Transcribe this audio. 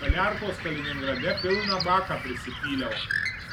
saliarkos kaliningrade pilną baką prisipyliau